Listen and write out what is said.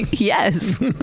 Yes